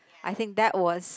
I think that was